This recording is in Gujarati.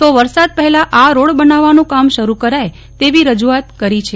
તો વરસાદ પહેલા આ રોડ બનાવવાનું કામ શરૂ કરાય તેવી રજૂઆત કરી છે